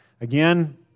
Again